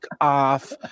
off